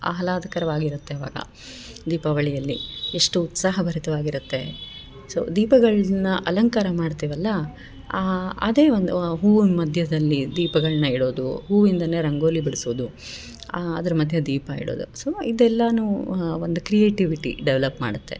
ಆಹ್ಲಾದಕರವಾಗಿರುತ್ತೆ ಆವಾಗ ದೀಪಾವಳಿಯಲ್ಲಿ ಎಷ್ಟು ಉತ್ಸಾಹ ಭರಿತವಾಗಿರುತ್ತೆ ಸೊ ದೀಪಗಳನ್ನ ಅಲಂಕಾರ ಮಾಡ್ತೇವಲ್ಲ ಆ ಅದೇ ಒಂದು ಹೂವಿನ್ ಮಧ್ಯದಲ್ಲಿ ದೀಪಗಳನ್ನ ಇಡೋದು ಹೂವಿನಿಂದ ರಂಗೋಲಿ ಬಿಡಿಸೋದು ಅದ್ರ ಮಧ್ಯ ದೀಪ ಇಡೋದು ಸೊ ಇದೆಲ್ಲ ಒಂದು ಕ್ರಿಯೇಟಿವಿಟಿ ಡೆವಲಪ್ ಮಾಡುತ್ತೆ